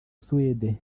suède